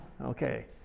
Okay